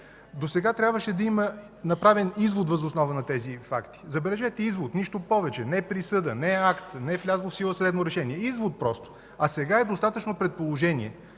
Досега трябваше да има направен извод въз основа на тези факти. Забележете, извод, нищо повече – не присъда, не акт, не влязло в сила съдебно решение. Просто извод. А сега е достатъчно предположение.